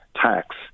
tax